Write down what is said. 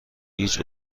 هیچ